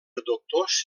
doctors